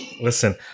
Listen